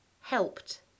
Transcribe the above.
Helped